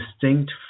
distinct